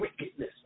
wickedness